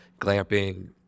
glamping